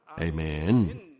Amen